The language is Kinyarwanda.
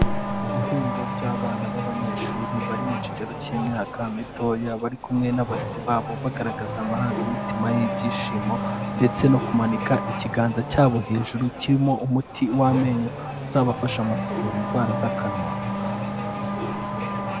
Ihuriro ry'abana b'abanyeshuri bari mu kigero cy'imyaka mitoya bari kumwe n'abarezi babo bagaragaza amarangamutima y'ibyishimo, ndetse no kumanika ikiganza cy'abo hejuru kirimo umuti w'amenyo uzabafasha mu kuvura indwara z'akanwa.